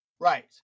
Right